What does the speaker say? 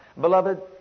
Beloved